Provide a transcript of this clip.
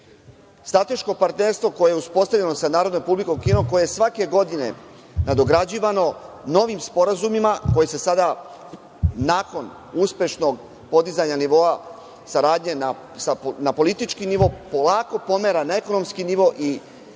Strateško partnerstvo koje je uspostavljeno sa Narodnom Republikom Kinom, koje je svake godine nadograđivano novim sporazumima, koji se sada nakon uspešnog nivoa saradnje na politički nivo, polako pomera na ekonomski nivo, i